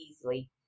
easily